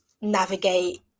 navigate